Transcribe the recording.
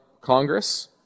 congress